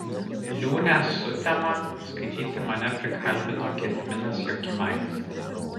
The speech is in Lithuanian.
liūnę sutemą skaityti mane prikalbino gediminas jokimaitis